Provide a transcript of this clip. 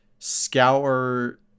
scour